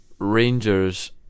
Rangers